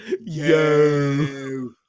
Yo